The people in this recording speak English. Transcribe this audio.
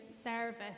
service